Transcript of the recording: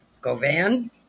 Govan